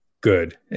good